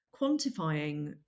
quantifying